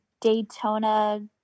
Daytona